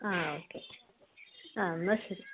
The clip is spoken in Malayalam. ആ ഓക്കെ ആ എന്നാൽ ശരി